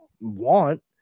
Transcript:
want